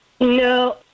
No